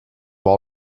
all